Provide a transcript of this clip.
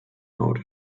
out